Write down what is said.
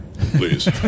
Please